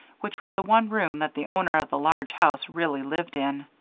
which was the one room that the owner of the large house really lived in.